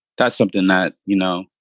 that's something that, you know,